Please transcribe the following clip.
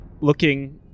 looking